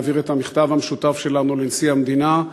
נעביר את המכתב המשותף שלנו לנשיא המדינה,